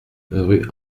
rue